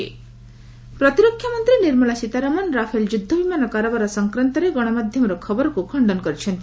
LS Nirmala ପ୍ରତିରକ୍ଷା ମନ୍ତ୍ରୀ Nirmala Sitharaman Rafale ଯୁଦ୍ଧ ବିମାନ କାରବାର ସଂକ୍ରାନ୍ତରେ ଗଣମାଧ୍ୟମର ଖବରକୁ ଖଖନ କରିଛନ୍ତି